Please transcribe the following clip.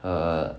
err